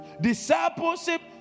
Discipleship